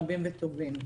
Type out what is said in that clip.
רבים וטובים.